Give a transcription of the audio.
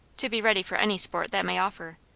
to be ready for any sport that may offer.